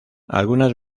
algunas